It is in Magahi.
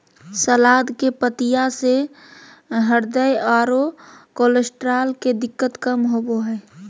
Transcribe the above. सलाद के पत्तियाँ से हृदय आरो कोलेस्ट्रॉल के दिक्कत कम होबो हइ